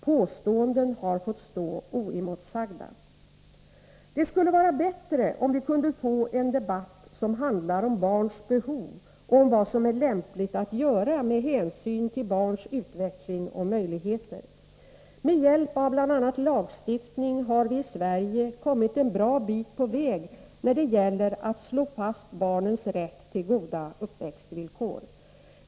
Påståenden har fått stå oemotsagda. Det skulle vara bättre om vi kunde få en debatt som handlar om barns behov och om vad som är lämpligt att göra med hänsyn till barns utveckling och möjligheter. Med hjälp av bl.a. lagstiftning har vi i Sverige kommit en bra bit på väg när det gäller att slå fast barnens rätt till goda uppväxtvillkor.